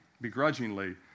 begrudgingly